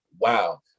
wow